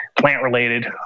plant-related